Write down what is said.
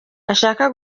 ashaka